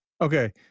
Okay